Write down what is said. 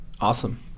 Awesome